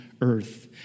earth